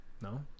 No